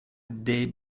des